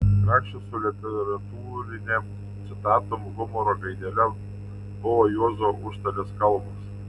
grakščios su literatūrinėm citatom humoro gaidele buvo juozo užstalės kalbos